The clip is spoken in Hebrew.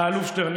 האלוף שטרן,